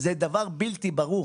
זה דבר בלתי ברור.